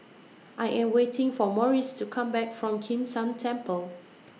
I Am waiting For Maurice to Come Back from Kim San Temple